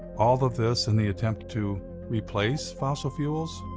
all of this in the attempt to replace fossil fuels?